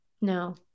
No